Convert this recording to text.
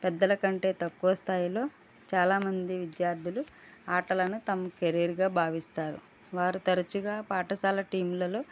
పెద్దల కంటే తక్కువ స్థాయిలో చాలా మంది విద్యార్థులు ఆటలను తమ కెరీర్గా భావిస్తారు వారు తరుచుగా పాఠశాల టీంలలో